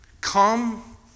Come